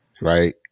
Right